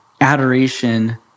Adoration